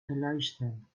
erleichtern